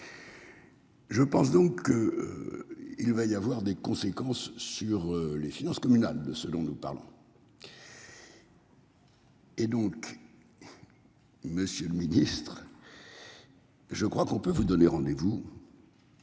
Je pense donc. Il va y avoir des conséquences sur les finances communales selon nous parlons. Et donc. Monsieur le Ministre. Je crois qu'on peut vous donner rendez-vous.